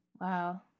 Wow